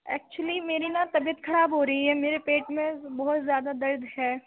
actually میری نا طبیعت خراب ہو رہی ہے میرے پیٹ میں بہت زیادہ درد ہے